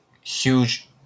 huge